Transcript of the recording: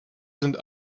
sind